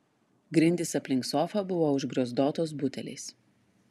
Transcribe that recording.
grindys aplink sofą buvo užgriozdotos buteliais